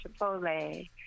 Chipotle